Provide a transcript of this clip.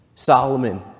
Solomon